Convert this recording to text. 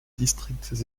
districts